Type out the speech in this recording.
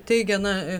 teigia na